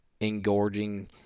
engorging